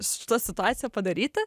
su šita situacija padaryti